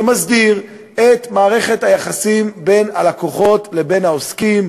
שמסדיר את מערכת היחסים בין הלקוחות לבין העוסקים,